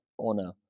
honor